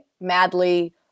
madly